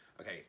Okay